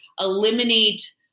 eliminate